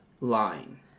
Line